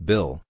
Bill